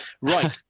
Right